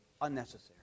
unnecessary